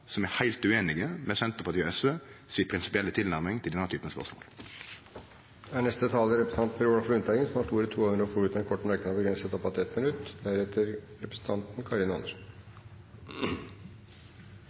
som er heilt ueinige med Senterpartiet og SV si prinsipielle tilnærming til denne typen spørsmål. Representanten Per Olaf Lundteigen har hatt ordet to ganger tidligere og får ordet til en kort merknad, begrenset til 1 minutt.